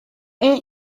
aunt